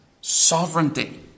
sovereignty